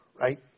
right